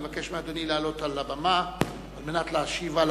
אני מבקש מאדוני לעלות על הבמה על מנת להשיב.